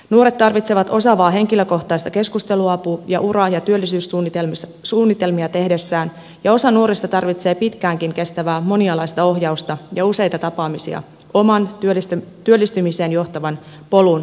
nuoret tarvitsevat osaavaa henkilökohtaista keskusteluapua ura ja työllisyyssuunnitelmia tehdessään ja osa nuorista tarvitsee pitkäänkin kestävää monialaista ohjausta ja useita tapaamisia oman työllistymiseen johtavan polun löytämiseksi